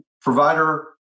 provider